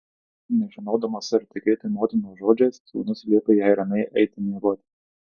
nežinodamas ar tikėti motinos žodžiais sūnus liepė jai ramiai eiti miegoti